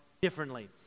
differently